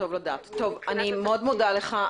אני מאוד מודה לך.